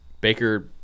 baker